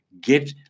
get